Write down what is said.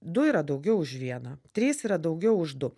du yra daugiau už vieną trys yra daugiau už du